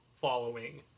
following